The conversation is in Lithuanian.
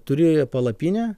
turi joje palapinę